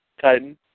Titan